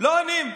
לא עונים.